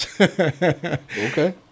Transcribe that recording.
Okay